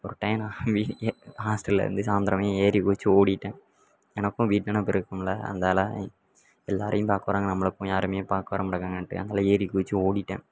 ஒரு டைம் நான் வீ எ ஹாஸ்டலில் இருந்து சாயந்தரமே ஏறி குதித்து ஓடிவிட்டேன் எனக்கும் வீட்டு நினப்பு இருக்கும்லே அதனால் எல்லாேரையும் பார்க்க வராங்க நம்மளுக்கும் யாருமே பார்க்க வரமாட்டாங்க்காங்கன்னுட்டு அதனால் ஏறி குதித்து ஓடிவிட்டேன்